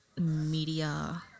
media